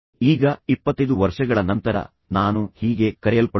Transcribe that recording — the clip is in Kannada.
ಈಗ 25 ವರ್ಷಗಳ ನಂತರ ನಾನು ಹೀಗೆ ಕರೆಯಲ್ಪಡುತ್ತೇನೆ